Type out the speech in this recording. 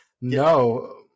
No